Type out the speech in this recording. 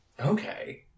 Okay